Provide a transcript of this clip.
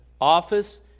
office